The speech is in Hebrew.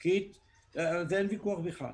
ילדי העובדים הזרים זה היה כאן